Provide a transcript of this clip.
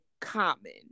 common